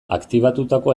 aktibatutako